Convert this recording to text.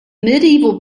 medieval